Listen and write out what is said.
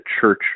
church